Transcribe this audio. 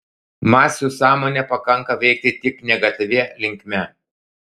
masių sąmonę pakanka veikti tik negatyvia linkme